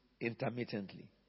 intermittently